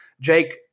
Jake